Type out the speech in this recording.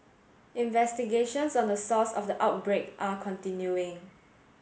investigations on the source of the outbreak are continuing